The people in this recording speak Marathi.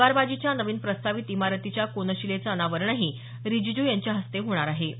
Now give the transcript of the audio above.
तलवारबाजीच्या नवीन प्रस्तावित इमारतीच्या कोनशिलेचं अनावरणही रिजिजू यांच्या हस्ते होणार आहे